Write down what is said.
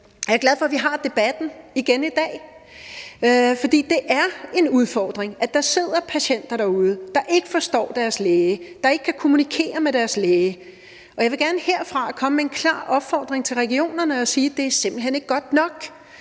også glad for, at vi har debatten igen i dag, for det er en udfordring, at der sidder patienter derude, der ikke forstår deres læge og ikke kan kommunikere med deres læge. Jeg vil gerne herfra komme med en klar opfordring til regionerne og sige, at det simpelt hen ikke er godt nok.